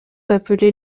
appelés